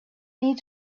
need